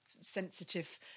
sensitive